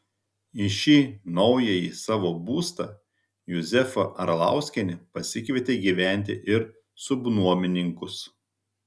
į šį naująjį savo būstą juzefa arlauskienė pasikvietė gyventi ir subnuomininkus